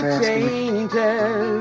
changes